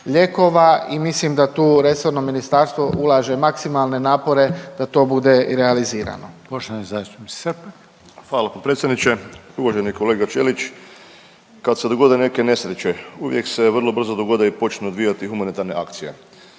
lijekova i mislim da tu resorno ministarstvo ulaže maksimalne napore da to bude i realizirano.